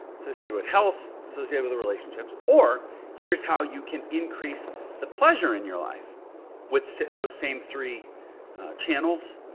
associate it with health, associate it with the relationships or here's how you can increase the pleasure in your life with those same three channels.